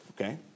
Okay